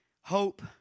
hope